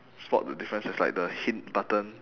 spot the difference there's like the hint button